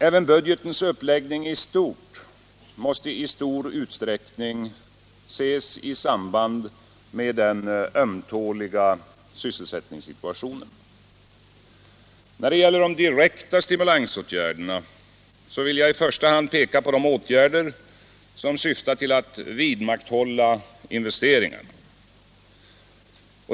Även budgetens uppläggning i stort måste i stor utsträckning ses i samband med den ömtåliga sysselsättningssituationen. När det gäller de direkta stimulansåtgärderna vill jag i första hand peka på de åtgärder som syftar till att vidmakthålla investeringarna.